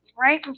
right